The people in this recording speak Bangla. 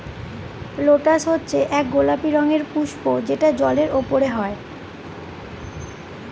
লোটাস হচ্ছে এক গোলাপি রঙের পুস্প যেটা জলের ওপরে হয়